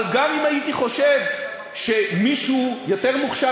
אבל גם אם הייתי חושב שמישהו יותר מוכשר